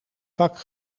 vak